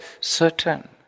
certain